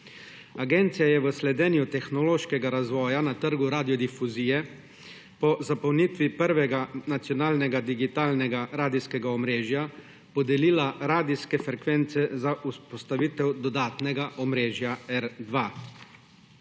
Agencija je v sledenju tehnološkega razvoja na trgu radiodifuzije po zapolnitvi prvega nacionalnega digitalnega radijskega omrežja podelila radijske frekvence za vzpostavitev dodatnega omrežja R2.